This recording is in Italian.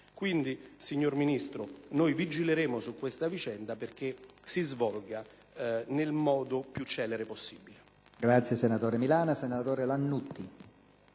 ragioni, signor Ministro, vigileremo su questa vicenda perché si concluda nel modo più celere possibile.